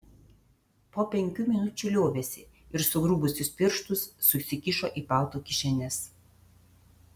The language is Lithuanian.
po penkių minučių liovėsi ir sugrubusius piršus susikišo į palto kišenes